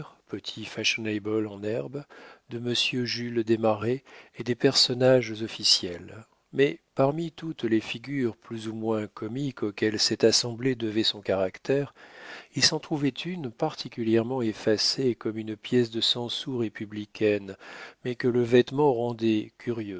en herbe de monsieur jules desmarets et des personnages officiels mais parmi toutes les figures plus ou moins comiques auxquelles cette assemblée devait son caractère il s'en trouvait une particulièrement effacée comme une pièce de cent sous républicaine mais que le vêtement rendait curieuse